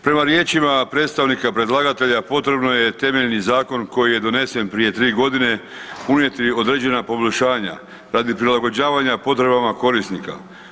Prema riječima predstavnika predlagatelja, potrebno je temeljni zakon koji je donesen prije 3 g. unijeti određena poboljšanja radi prilagođavanja potreba korisnika.